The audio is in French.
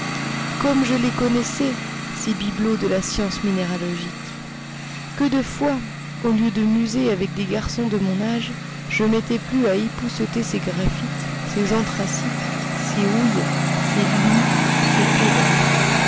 comme je les connaissais ces bibelots de la science minéralogique que de fois au lieu de muser avec des garçons de mon âge je m'étais plu à épousseter ces graphites ces anthracites ces houilles ces lignites ces tourbes